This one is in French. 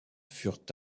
furent